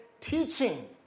teaching